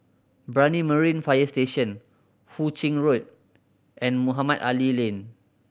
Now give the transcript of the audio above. Brani Marine Fire Station Hu Ching Road and Mohamed Ali Lane